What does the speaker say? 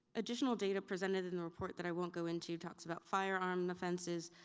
additional data presented in the report that i won't go into talks about firearm offenses,